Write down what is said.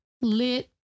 Lit